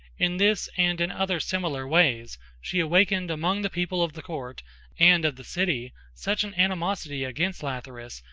in this and in other similar ways she awakened among the people of the court and of the city such an animosity against lathyrus,